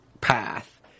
path